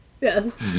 Yes